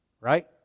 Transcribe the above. Right